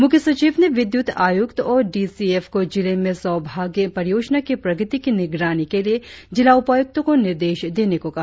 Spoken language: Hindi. मुख्य सचिव ने विद्युत आयुक्त और डीसीएफ को जिले में सौभाग्य परियोजना की प्रगति की निगरानी के लिए जिला उपायुक्तों को निर्देश देने को कहा